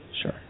Sure